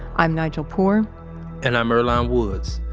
i'm nigel poor and i'm earlonne woods.